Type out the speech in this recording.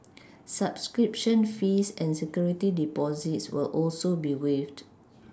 subscription fees and security Deposits will also be waived